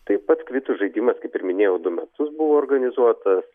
tai pats kvitų žaidimas kaip ir minėjau du metus buvo organizuotas